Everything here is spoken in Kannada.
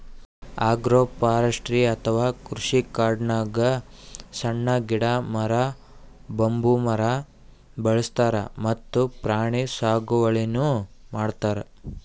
ಅಗ್ರೋಫಾರೆಸ್ರ್ಟಿ ಅಥವಾ ಕೃಷಿಕಾಡ್ನಾಗ್ ಸಣ್ಣ್ ಗಿಡ, ಮರ, ಬಂಬೂ ಮರ ಬೆಳಸ್ತಾರ್ ಮತ್ತ್ ಪ್ರಾಣಿ ಸಾಗುವಳಿನೂ ಮಾಡ್ತಾರ್